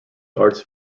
arts